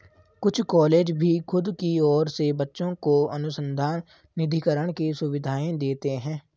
कुछ कॉलेज भी खुद की ओर से बच्चों को अनुसंधान निधिकरण की सुविधाएं देते हैं